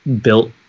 built